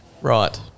Right